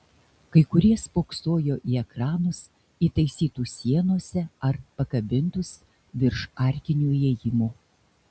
kai kurie spoksojo į ekranus įtaisytus sienose ar pakabintus virš arkinių įėjimų